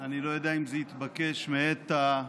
חברי כנסת שיצביעו בעד.